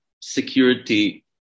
security